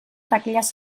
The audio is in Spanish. taquillas